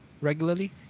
regularly